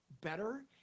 better